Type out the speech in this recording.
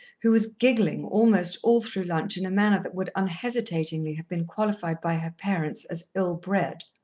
who was giggling almost all through lunch in a manner that would unhesitatingly have been qualified by her parents as ill-bred.